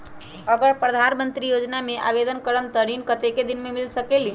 अगर प्रधानमंत्री योजना में आवेदन करम त ऋण कतेक दिन मे मिल सकेली?